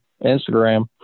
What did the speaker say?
instagram